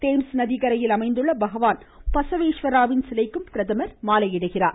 Thames நதிக்கரையில் அமைந்துள்ள பகவான் பசவேஸ்வராவின் சிலைக்கும் பிரதமர் மாலையிடுகிறார்